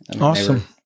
Awesome